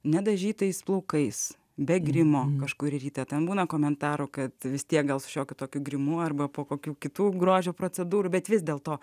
nedažytais plaukais be grimo kažkurį rytą ten būna komentarų kad vis tiek gal su šiokiu tokiu grimu arba po kokių kitų grožio procedūrų bet vis dėlto